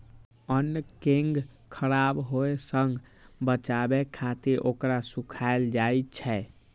अन्न कें खराब होय सं बचाबै खातिर ओकरा सुखायल जाइ छै